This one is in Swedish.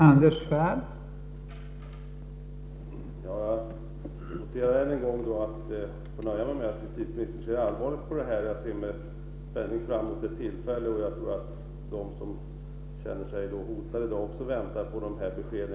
Fru talman! Än en gång noterar jag att jag får nöja mig med att justitieministern ser allvarligt på problemet. Jag ser med spänning fram emot ett besked, och jag tror att de som känner sig hotade också väntar på ett sådant.